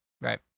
right